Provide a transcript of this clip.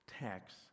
tax